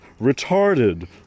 retarded